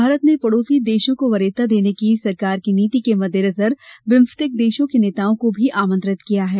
भारत ने पड़ोसी देशों को वरीयता देने की सरकार की नीति के मद्देनजर बिम्स्टेक देशों के नेताओं को भी आमंत्रित किया है